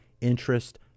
interest